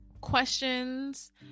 questions